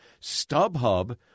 StubHub